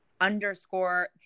underscore